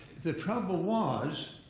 the trouble was,